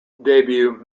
debut